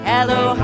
Hello